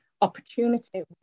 opportunity